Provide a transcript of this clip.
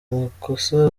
amakosa